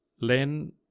Len